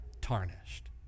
tarnished